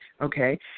Okay